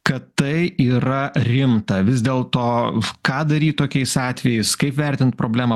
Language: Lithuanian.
kad tai yra rimta vis dėlto ką daryt tokiais atvejais kaip vertint problemą